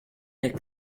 der